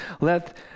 let